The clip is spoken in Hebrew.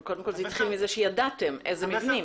אבל זה התחיל מזה שידעתם איזה מבנים.